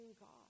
God